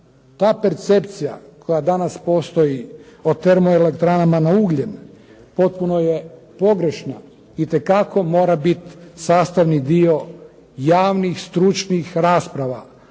Ta percepcija koja danas postoji o termoelektranama na ugljen potpuno je pogrešna. Itekako mora biti sastavni dio javnih stručnih rasprava.